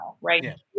right